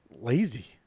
lazy